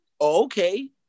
okay